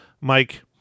Mike